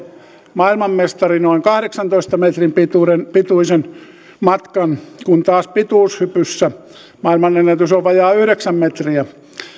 maailmanmestari noin kahdeksantoista metrin pituisen pituisen matkan kun taas pituushypyssä maailmanennätys on vajaa yhdeksän metriä